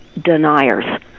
deniers